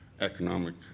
economic